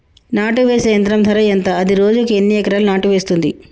నాటు వేసే యంత్రం ధర ఎంత? అది రోజుకు ఎన్ని ఎకరాలు నాటు వేస్తుంది?